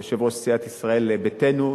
יושב-ראש סיעת ישראל ביתנו,